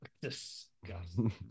disgusting